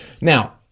Now